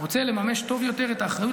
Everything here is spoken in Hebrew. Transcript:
רוצה לממש טוב יותר את האחריות,